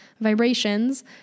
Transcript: vibrations